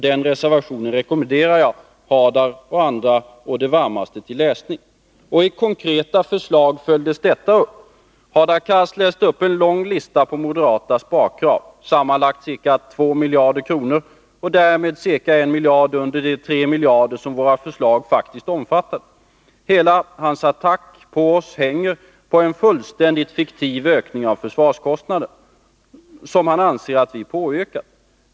Den reservationen rekommenderar jag Hadar Cars och andra å det varmaste till läsning. Och i konkreta förslag följdes detta upp. Hadar Cars läste upp en lång lista på moderata sparkrav, sammanlagt ca 2 miljarder kronor, ca 1 miljard kronor under de 3 miljarder som våra förslag faktiskt omfattade. Hela hans attack på oss hänger på en fullständigt fiktiv ökning av försvarskostnaderna som han anser att vi har påyrkat.